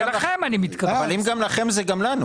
אנחנו לא מקבלים את כל הטיעונים שעלו כאן.